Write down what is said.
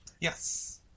Yes